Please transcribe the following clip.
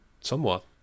somewhat